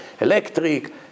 electric